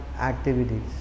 activities